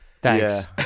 Thanks